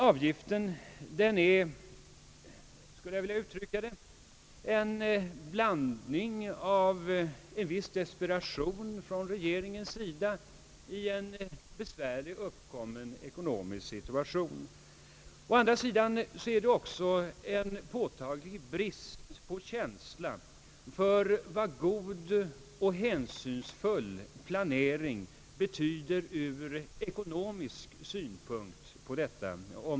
Avgiften är, skulle jag vilja uttrycka det, en följd av en viss desperation från regeringens sida i en uppkommen besvärlig ekonomisk situation. Å andra sidan innebär den också en påtaglig brist för känsla för vad god och hänsynsfull planering betyder ur ekonomisk synpunkt.